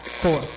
four